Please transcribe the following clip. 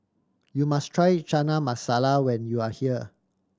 you must try Chana Masala when you are here